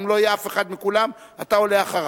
אם לא יהיה אף אחד מכולם, אתה עולה אחריו.